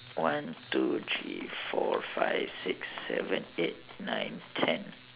one two three four five six seven eight nine ten